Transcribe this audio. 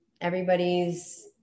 everybody's